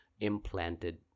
implanted